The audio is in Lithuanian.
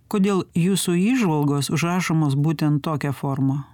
kodėl jūsų įžvalgos užrašomos būtent tokia forma